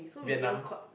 Vietnam